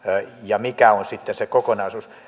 ja mikä on sitten se kokonaisuus